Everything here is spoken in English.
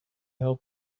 help